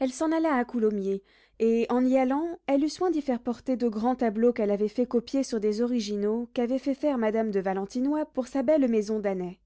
elle s'en alla à coulommiers et en y allant elle eut soin d'y faire porter de grands tableaux qu'elle avait fait copier sur des originaux qu'avait fait faire madame de valentinois pour sa belle maison d'anet